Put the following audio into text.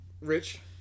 rich